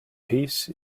peace